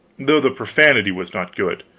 though the profanity was not good,